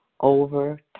over